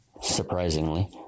surprisingly